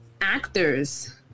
actors